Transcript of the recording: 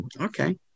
Okay